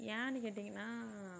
ஏன்னு கேட்டிங்கன்னால்